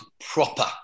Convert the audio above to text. proper